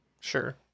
Sure